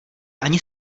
ani